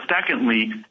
secondly